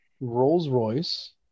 Rolls-Royce